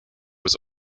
was